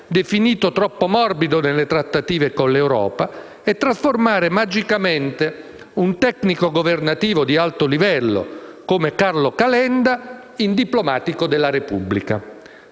definito troppo morbido nelle trattative con l'Europa) e trasformare magicamente un tecnico governativo di alto livello come Carlo Calenda in diplomatico della Repubblica.